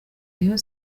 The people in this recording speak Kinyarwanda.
rayon